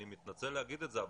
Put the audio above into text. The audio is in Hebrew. אני מתנצל להגיד את זה,